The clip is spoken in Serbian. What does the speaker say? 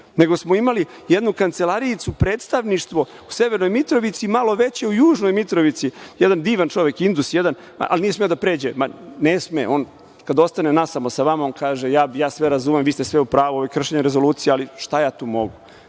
nego smo imali jednu kancelarijicu, predstavništvo u Severnoj Mitrovici, malo veću u Južnoj Mitrovici, jedan divan čovek, Indus jedan, ali nije smeo da pređe. Ne sme on, kad ostane nasamo sa vama on kaže: „Ja sve razumem, vi ste sve u pravu, ovo je kršenje Rezolucije, ali šta ja tu mogu“.Mi